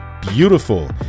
beautiful